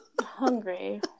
hungry